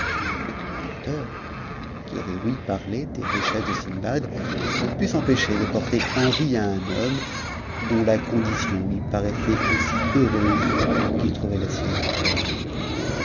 le porteur qui avait ouï parler des richesses sindbad ne put s'empêcher de porter envie à un homme dont la cond tion lui paraissait aussi heureuse qu'il trouvait la sienne déplorable